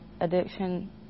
addiction